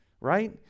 right